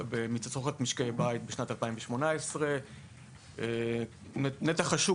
מתצרוכת של משקי הבית בשנת 2018; נתח השוק